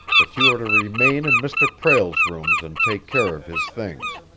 but you are to remain in mr. prale's rooms and take care of his things.